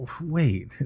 Wait